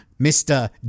Mr